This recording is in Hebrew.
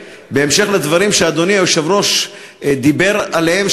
בהמשך לדברים שאדוני היושב-ראש דיבר עליהם